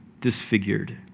disfigured